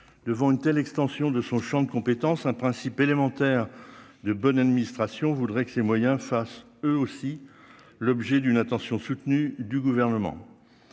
devant une telle extension de son Champ de compétences, un principe élémentaire de bonne administration voudrait que ses moyens face eux aussi l'objet d'une attention soutenue du gouvernement,